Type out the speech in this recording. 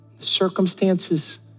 circumstances